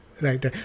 Right